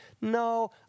no